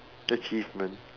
achievement